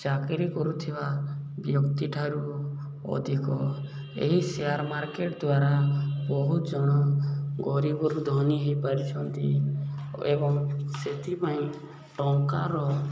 ଚାକିରି କରୁଥିବା ବ୍ୟକ୍ତିଠାରୁ ଅଧିକ ଏହି ସେୟାର ମାର୍କେଟ ଦ୍ୱାରା ବହୁତ ଜଣ ଗରିବରୁ ଧନୀ ହୋଇପାରିଛନ୍ତି ଏବଂ ସେଥିପାଇଁ ଟଙ୍କାର